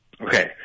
Okay